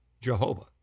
jehovah